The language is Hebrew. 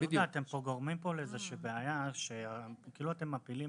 אתם פה גורמים לאיזה בעיה שכאילו אתם מפילים